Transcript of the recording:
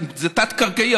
זה תת-קרקעי,